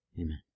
Amen